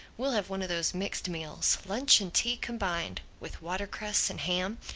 we'll have one of those mixed meals, lunch and tea combined with watercress and ham.